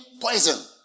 poison